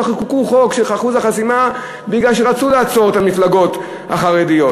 כבר חוקקו חוק אחוז החסימה בגלל שרצו לעצור את המפלגות החרדיות.